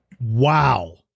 Wow